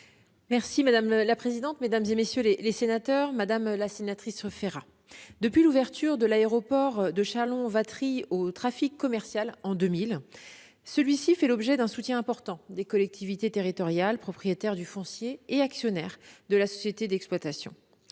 jugez utile. La parole est à Mme la secrétaire d'État. Madame la sénatrice Férat, depuis l'ouverture de l'aéroport de Châlons-Vatry au trafic commercial en 2000, celui-ci fait l'objet d'un soutien important des collectivités territoriales propriétaires du foncier et actionnaires de la société d'exploitation.